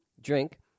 drink